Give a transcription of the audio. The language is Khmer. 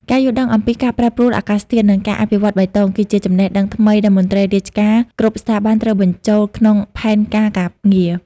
ការយល់ដឹងអំពីការប្រែប្រួលអាកាសធាតុ និងការអភិវឌ្ឍបៃតង គឺជាចំណេះដឹងថ្មីដែលមន្ត្រីរាជការគ្រប់ស្ថាប័នត្រូវបញ្ចូលក្នុងផែនការការងារ។